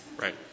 Right